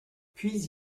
puis